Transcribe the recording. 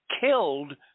killed